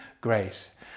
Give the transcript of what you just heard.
grace